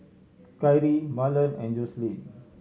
Kyrie Marlon and Jocelyn